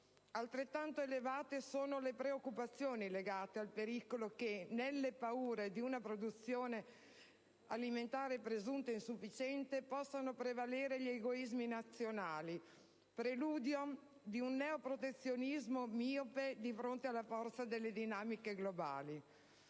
Altrettanto elevate sono le preoccupazioni legate al pericolo che, nelle paure di una produzione alimentare presunta insufficiente, possano prevalere gli egoismi nazionali, preludio di un neoprotezionismo miope di fronte alla forza delle dinamiche globali.